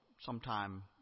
sometime